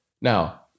Now